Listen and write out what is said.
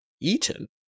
eaten